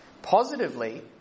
Positively